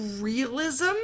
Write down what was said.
realism